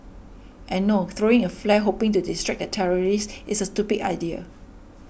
and no throwing a flare hoping to distract a terrorist is a stupid idea